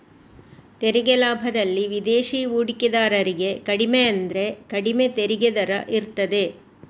ತೆರಿಗೆ ಲಾಭದಲ್ಲಿ ವಿದೇಶಿ ಹೂಡಿಕೆದಾರರಿಗೆ ಕಡಿಮೆ ಅಂದ್ರೆ ಕಡಿಮೆ ತೆರಿಗೆ ದರ ಇರ್ತದೆ